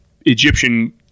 Egyptian